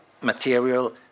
material